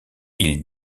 ils